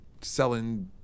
Selling